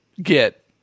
get